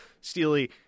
Steely